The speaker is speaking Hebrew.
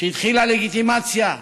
כשהתחילה לגיטימציה,